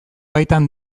baitan